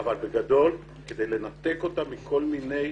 אבל בגדול, כדי לנתק אותה מכל מיני